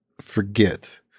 forget